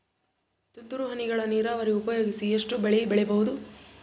ತುಂತುರು ಹನಿಗಳ ನೀರಾವರಿ ಉಪಯೋಗಿಸಿ ಎಷ್ಟು ಬೆಳಿ ಬೆಳಿಬಹುದು?